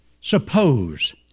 suppose